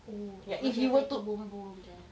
oh macam fatty boom boom tu eh